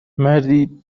مردی